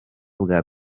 bwa